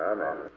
Amen